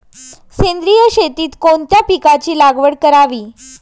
सेंद्रिय शेतीत कोणत्या पिकाची लागवड करावी?